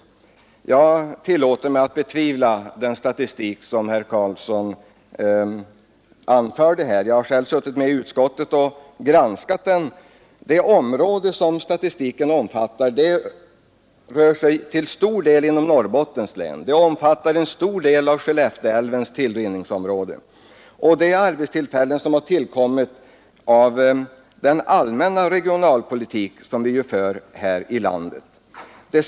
Jag tillåter mig betvivla den statistik som herr Karlsson anförde här — jag har suttit med i utskottet och granskat den. Det område som statistiken omfattar ligger till stor del inom Norrbottens län, det omfattar en stor del av Skellefteälvens tillrinningsområde och hela Umeälvsområdet. Arbetstillfällena i fråga har tillkommit på grund av den allmänna regionalpolitik som vi för här i landet.